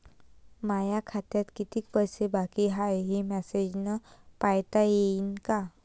माया खात्यात कितीक पैसे बाकी हाय, हे मले मॅसेजन पायता येईन का?